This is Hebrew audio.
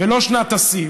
ולא שנת השיא.